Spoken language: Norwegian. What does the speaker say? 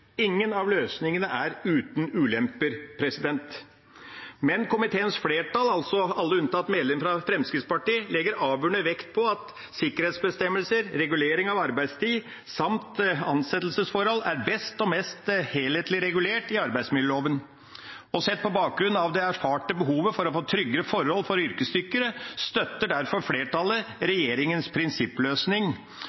Men komiteens flertall, altså alle unntatt medlemmene fra Fremskrittspartiet, legger avgjørende vekt på at sikkerhetsbestemmelser, regulering av arbeidstid samt ansettelsesforhold er best og mest helhetlig regulert i arbeidsmiljøloven. Sett på bakgrunn av det erfarte behovet for å få tryggere forhold for yrkesdykkere støtter derfor flertallet